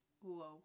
Whoa